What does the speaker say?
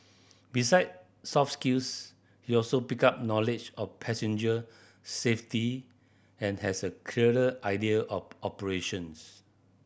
beside soft skills he also picked up knowledge of passenger safety and has a clearer idea of operations